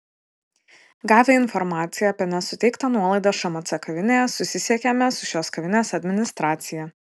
gavę informaciją apie nesuteiktą nuolaidą šmc kavinėje susisiekėme su šios kavinės administracija